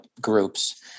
groups